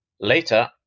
Later